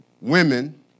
women